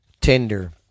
tender